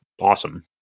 awesome